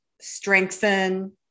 strengthen